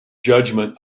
judgment